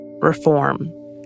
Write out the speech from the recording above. reform